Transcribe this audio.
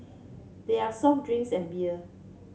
there are soft drinks and beer